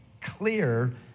clear